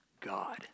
God